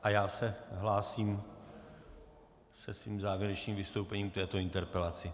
A já se hlásím se svým závěrečným vystoupením k této interpelaci.